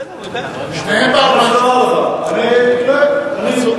בסדר, אני יודע.